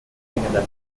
leadsänger